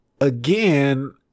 Again